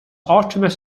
artemis